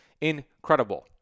incredible